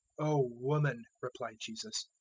o woman, replied jesus,